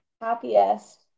happiest